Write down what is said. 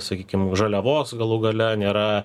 sakykim žaliavos galų gale nėra